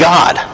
God